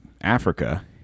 Africa